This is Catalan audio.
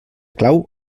clau